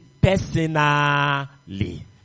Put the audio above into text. personally